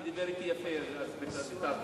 הוא דיבר אתי יפה אז ויתרתי.